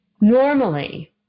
Normally